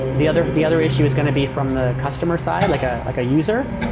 the other the other issue is going to be from the customer side, like ah like a user.